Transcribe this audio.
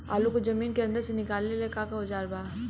आलू को जमीन के अंदर से निकाले के का औजार बा?